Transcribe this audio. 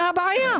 מה הבעיה?